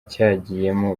cyagiyemo